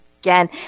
again